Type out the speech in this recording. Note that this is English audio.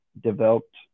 developed –